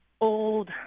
old